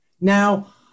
now